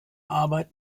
arbeit